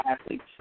athletes